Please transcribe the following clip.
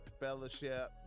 fellowship